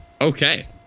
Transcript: Okay